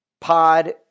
pod